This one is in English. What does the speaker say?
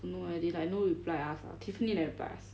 don't know eh they like no reply us ah tiffany never reply us